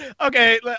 okay